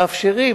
מאפשרים.